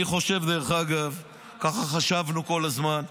אני חושב, דרך אגב, ככה חשבנו כל הזמן,